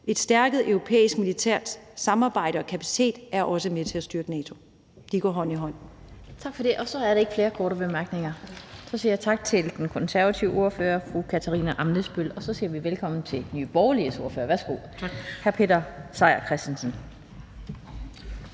Et styrket europæisk militært samarbejde og en styrket kapacitet er også med til at støtte NATO. De går hånd i hånd. Kl. 16:54 Den fg. formand (Annette Lind): Tak for det. Så er der ikke flere korte bemærkninger. Så siger jeg tak til den konservative ordfører, fru Katarina Ammitzbøll. Så siger vi velkommen til Nye Borgerliges ordfører. Værsgo, hr. Peter Seier Christensen.